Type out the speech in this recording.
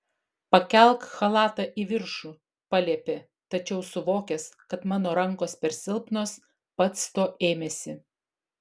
pakelk chalatą į viršų paliepė tačiau suvokęs kad mano rankos per silpnos pats to ėmėsi